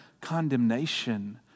condemnation